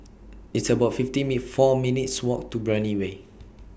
It's about fifty four minutes' Walk to Brani Way